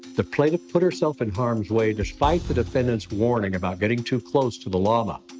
the plaintiff put herself in harms' way despite the defendant's warming about getting too close to the llama.